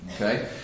Okay